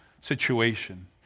situation